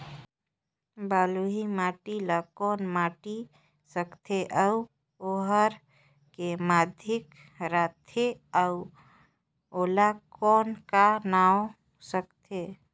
बलुही माटी ला कौन माटी सकथे अउ ओहार के माधेक राथे अउ ओला कौन का नाव सकथे?